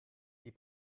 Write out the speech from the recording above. die